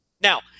Now